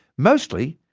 mostly,